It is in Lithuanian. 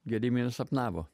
gediminas sapnavo